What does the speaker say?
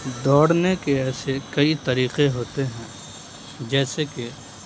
دوڑنے کے ایسے کئی طریقے ہوتے ہیں جیسے کہ